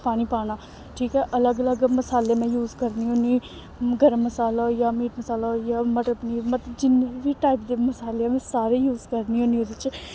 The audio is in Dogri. पानी पाना ठीक ऐ अलग अलग मसाले में यूज़ करनी होन्नी गर्म मसाला होई गेआ मीट मसाला होई गेआ मटर पनीर में जिन्ने बी टाइप दे मसाले में सारे यूज़ करनी होन्नी ओह्दे च